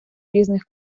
різних